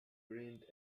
rained